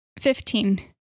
Fifteen